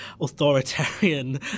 authoritarian